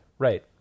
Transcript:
Right